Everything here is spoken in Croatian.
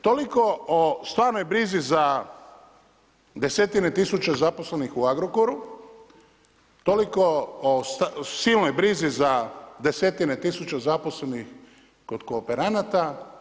Toliko o stvarnoj brizi za desetine tisuća zaposlenih u Agrokoru, toliko o silnoj brizi za desetine tisuća zaposlenih kod kooperanata.